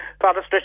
Father